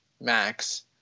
max